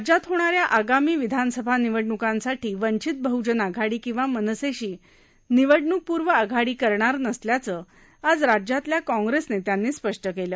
राज्यात होणाऱ्या आगामी विधानसभा निवडण्कांसाठी वंचित बहजन आघाडी किंवा मनसेशी निवडणूक पूर्व आघाडी करणार नसल्याचं आज राज्यातल्या काँग्रेस नेत्यांनी स्पष्ट केलं